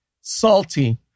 salty